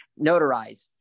Notarize